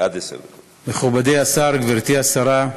מכובדי השר, גברתי השרה,